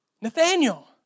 Nathaniel